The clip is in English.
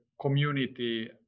community